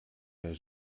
der